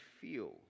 feel